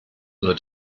nur